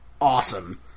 awesome